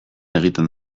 egiten